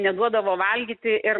neduodavo valgyti ir